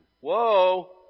Whoa